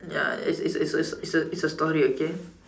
ya it's it's it's it's a story okay